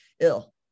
ill